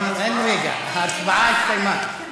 אין רגע, ההצבעה הסתיימה.